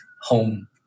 home